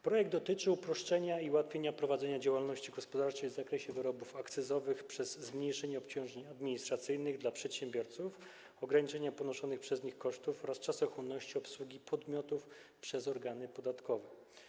Projekt dotyczy uproszczenia i ułatwienia prowadzenia działalności gospodarczej w zakresie wyrobów akcyzowych przez zmniejszenie obciążeń administracyjnych dla przedsiębiorców, ograniczenie ponoszonych przez nich kosztów oraz czasochłonności obsługi podmiotów przez organy podatkowe.